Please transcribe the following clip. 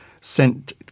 sent